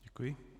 Děkuji.